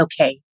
okay